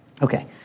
Okay